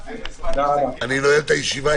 אני נועל את הישיבה.